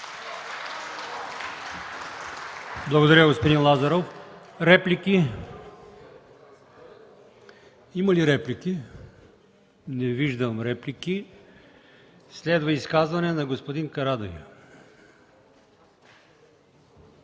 Благодаря, господин Лазаров. Има ли реплики? Не виждам. Следва изказване на господин Карадайъ.